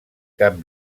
cap